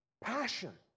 Passion